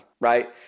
right